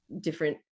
different